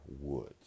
woods